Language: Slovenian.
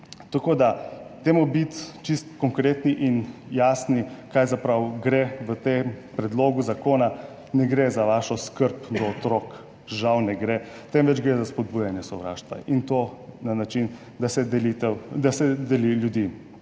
Dajmo biti čisto konkretni in jasni, za kaj pravzaprav gre v tem predlogu zakona. Ne gre za vašo skrb do otrok, žal ne gre, temveč gre za spodbujanje sovraštva, in to na način, da se deli ljudi.